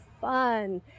fun